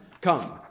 come